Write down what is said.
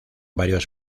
varios